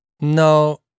No